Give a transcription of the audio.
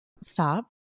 stop